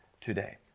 today